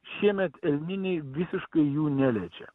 šiemet elniniai visiškai jų neliečia